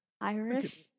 Irish